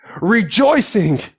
rejoicing